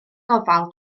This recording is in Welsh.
gofal